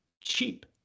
cheap